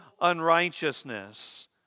unrighteousness